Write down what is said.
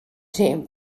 team